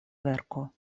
verko